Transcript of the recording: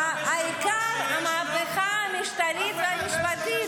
----- העיקר המהפכה המשטרית והמשפטית.